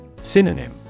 Synonym